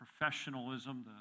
professionalism